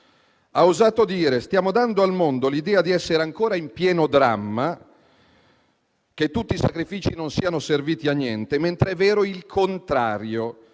ha osato dire: «Stiamo dando al mondo l'idea di essere ancora in pieno dramma, che tutti i sacrifici non siano serviti a niente. Mentre è vero il contrario: